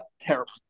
terrible